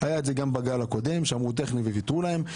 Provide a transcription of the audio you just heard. היה את זה גם בגל הקודם שאמרו טכני וויתרו להם,